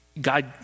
God